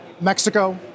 Mexico